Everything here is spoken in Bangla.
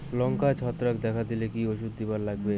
লঙ্কায় ছত্রাক দেখা দিলে কি ওষুধ দিবার লাগবে?